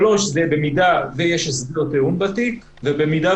השלישי במידה ויש הסדר טיעון בתיק ובמידה